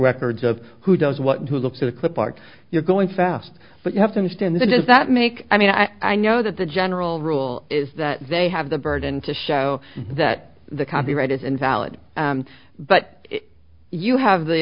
records of who does what and who looks at a clip art you're going fast but you have to understand the does that make i mean i i know that the general rule is that they have the burden to show that the copyright is invalid but you have the